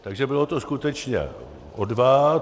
Takže bylo to skutečně o dva.